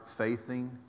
faithing